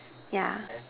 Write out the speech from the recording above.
yeah